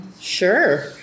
Sure